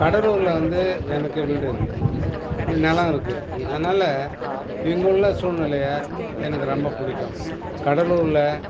கடலூரில் வந்து எனக்கு வீடு இருக்குது நிலம் இருக்குது அதனால இங்குள்ள சூழ்நிலை எனக்கு ரொம்ப பிடிக்கும் கடலூரில்